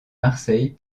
marseille